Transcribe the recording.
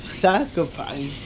sacrifice